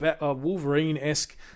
Wolverine-esque